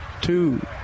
two